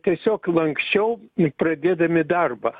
tiesiog lanksčiau pradėdami darbą